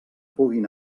puguin